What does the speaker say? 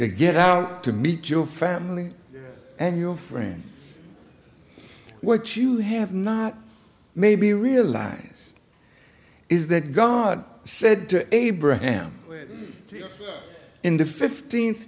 to get out to meet your family and your friend what you have not maybe realize is that god said to abraham in the fifteenth